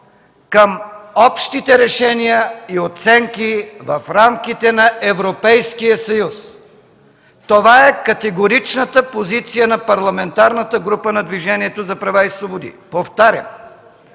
към общите решения и оценки в рамките на Европейския съюз. Това е категоричната позиция на Парламентарната група на Движението за права и свободи. Повтарям,